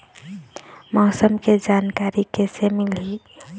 मौसम के जानकारी किसे मिलही?